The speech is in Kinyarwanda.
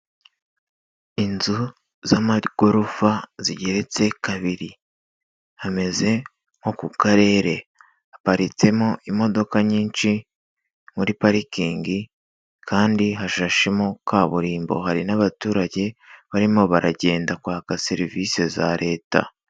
Inzu z'amagorofa zigeretse kabiri, hameze nko ku Karere, haparitsemo imodoka nyinshi, muri parikingi kandi hashashemo kaburimbo, hari n'abaturage barimo baragenda kwaka serivisi za leta.